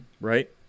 right